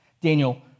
Daniel